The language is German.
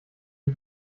wie